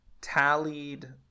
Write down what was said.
tallied